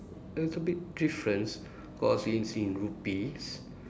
a little bit difference cause it's in Rupees